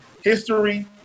History